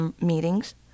meetings